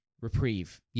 reprieve